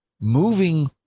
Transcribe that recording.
moving